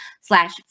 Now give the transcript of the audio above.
slash